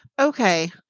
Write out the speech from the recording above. Okay